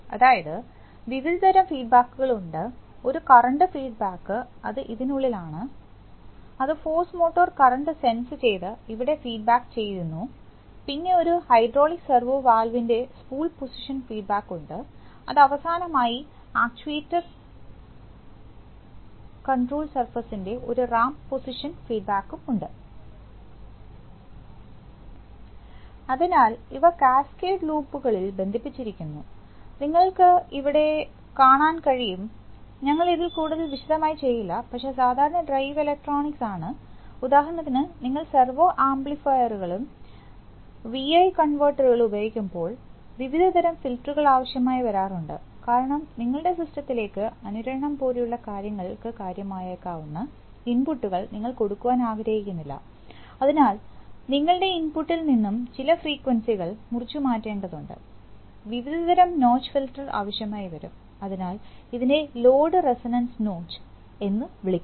അതായത് വിവിധതരം ഫീഡ്ബാക്ക്കൾ ഉണ്ട് ഒരു കറണ്ട് ഫീഡ്ബാക്ക് അത് ഇതിനുള്ളിലാണ് ആണ് അത് ഫോഴ്സ് മോട്ടോഴ്സ് കറണ്ട് സെൻസ് ചെയ്തു ഇവിടെ ഫീഡ്ബാക്ക് ചെയ്യുന്നു പിന്നെ ഒരു ഹൈഡ്രോളിക് സെർവോ വാൽവ്ൻറെ സ്പൂൾപൊസിഷൻ ഫീഡ്ബാക്ക് ഉണ്ട് അവസാനമായി ആയി അക്ക്ച്ചുവൽകൺട്രോൾ സർഫസിൻറെ ഒരു റാമ്പ് പോസിഷൻ ഫീഡ്ബാക്ക് ഉം ഉണ്ട് അതിനാൽ ഇവ കാസ്കേഡ് ലൂപ്പുകളിൽ ബന്ധിപ്പിച്ചിരിക്കുന്നു നിങ്ങൾക്ക് അവിടെ കാണാൻ കഴിയും ഞങ്ങൾ ഇത് കൂടുതൽ വിശദമായി ചെയ്യില്ല പക്ഷേ സാധാരണ ഡ്രൈവ് ഇലക്ട്രോണിക്സ് ആണ്ഉദാഹരണത്തിന് നിങ്ങൾ സെർവോ ആംപ്ലിഫയറുകളും വി ഐ കൺവെർട്ടറുകളും ഉപയോഗിക്കുമ്പോൾ വിവിധ തരം ഫിൽറ്ററുകൾ ആവശ്യമായി വരാറുണ്ട് കാരണം നിങ്ങളുടെ സിസ്റ്റത്തിലേക്ക് അനുരണനം പോലുള്ള കാര്യങ്ങൾക്ക് കാരണമായേക്കാവുന്ന ഇൻപുട്ടുകൾ നിങ്ങൾ കൊടുക്കുവാൻ ആഗ്രഹിക്കുന്നില്ല അതിനാൽ നിങ്ങളുടെ ഇൻപുട്ടിൽ നിന്നും ചില ഫ്രീക്വൻസികൾ മുറിച്ചുമാറ്റേണ്ടതുണ്ട് വിവിധ തരം നോച്ച് ഫിൽട്ടർ ആവശ്യമായി വരും അതിനാൽ ഇതിനെ ലോഡ് റെസൊണൻസ് നോച്ച് എന്ന് വിളിക്കുന്നു